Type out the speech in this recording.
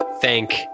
thank